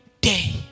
day